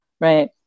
right